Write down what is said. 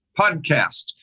podcast